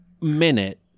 minute